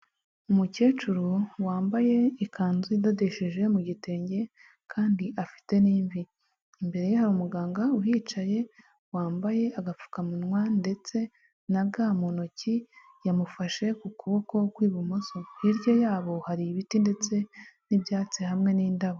Umukecuru wambaye ikanzu idodesheje mu gitenge, kandi afite n'ivi. Imbere ye hari umuganga uhicaye wambaye agapfukamunwa ndetse na ga mu ntoki, yamufashe ku kuboko kw'ibumoso. Hirya yabo hari ibiti ndetse n'ibyatsi hamwe n'indabo.